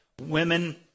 women